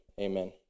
Amen